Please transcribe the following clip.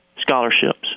scholarships